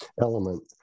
element